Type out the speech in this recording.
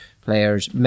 players